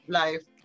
life